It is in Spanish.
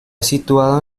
situado